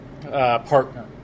partner